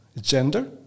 gender